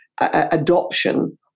adoption